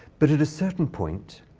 but at a certain point,